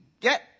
get